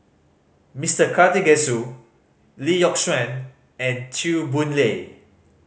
Mister Karthigesu Lee Yock Suan and Chew Boon Lay